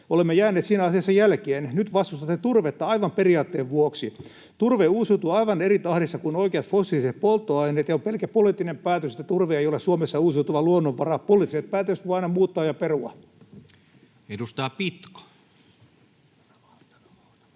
Olemme jääneet siinä asiassa jälkeen. Nyt vastustatte turvetta aivan periaatteen vuoksi. Turve uusiutuu aivan eri tahdissa kuin oikeat fossiiliset polttoaineet, ja on pelkkä poliittinen päätös, että turve ei ole Suomessa uusiutuva luonnonvara. Poliittiset päätökset voi aina muuttaa ja perua. Edustaja Pitko.